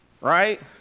Right